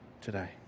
today